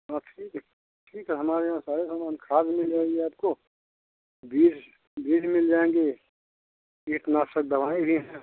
हाँ ठीक है ठीक है हमारे यहाँ सारे सामान खाद भी मिल जाएंगे आपको बीज बीज मिल जाएंगे कीटनाशक दवाएँ भी है